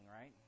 right